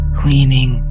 cleaning